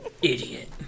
Idiot